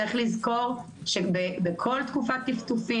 צריך לזכור שבכל תקופת טפטופים,